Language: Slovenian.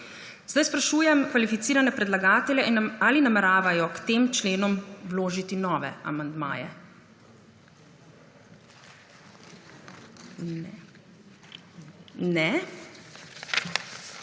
Sprašujem kvalificirane predlagatelje ali nameravajo k tem členom vložiti nove amandmaje? (Ne.)